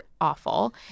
awful